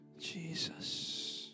Jesus